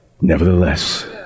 nevertheless